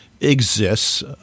exists